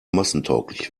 massentauglich